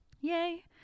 Yay